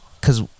Cause